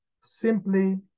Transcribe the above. simply